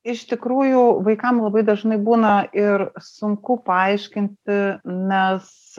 iš tikrųjų vaikam labai dažnai būna ir sunku paaiškinti nes